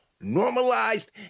normalized